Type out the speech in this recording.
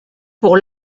pour